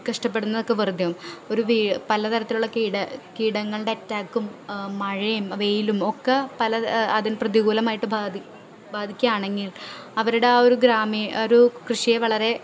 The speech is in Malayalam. കഷ്ടപ്പെടുന്നതൊക്കെ വെറുതെ ആകും ഒരു വീ പല തരത്തിലുള്ള കീട കീടങ്ങളുടെ അറ്റാക്കും മഴയും വെയിലും ഒക്കെ പല അതിൽ പ്രതികൂലമായിട്ട് ബാധിക്കുക ബാധിക്കുകയാണെങ്കിൽ അവരുടെ ആ ഒരു ഗ്രാമീണ ഒരു കൃഷിയെ വളരെ